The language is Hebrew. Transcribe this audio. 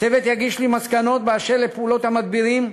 הצוות יגיש לי מסקנות באשר לפעולות המדבירים,